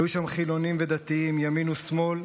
היו שם חילונים ודתיים, ימין ושמאל,